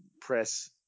press